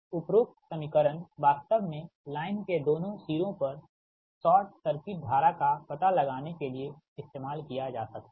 उपरोक्त समीकरण वास्तव में लाइन के दोनों सिरों पर शॉर्ट सर्किट धारा का पता लगाने के लिए इस्तेमाल किया जा सकता है